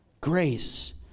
Grace